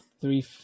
three